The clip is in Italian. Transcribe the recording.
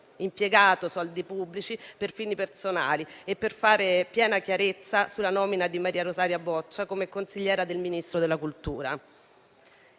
meno soldi pubblici per fini personali e per fare piena chiarezza sulla nomina di Maria Rosaria Boccia come consigliera del Ministro della cultura.